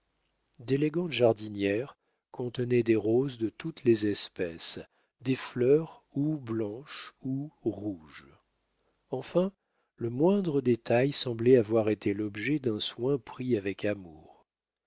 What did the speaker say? tapis d'élégantes jardinières contenaient des roses de toutes les espèces des fleurs ou blanches ou rouges enfin le moindre détail semblait avoir été l'objet d'un soin pris avec amour